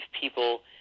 people